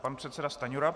Pan předseda Stanjura.